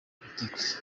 politiki